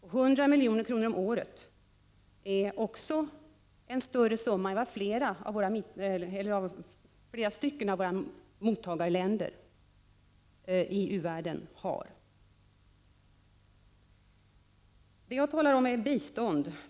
100 milj.kr. om året är också en stor summa, och det är vad flera av våra mottagarländer i u-världen får. Jag talar om bistånd.